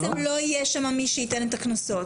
ובעצם לא יהיה שם מי שייתן את הקנסות.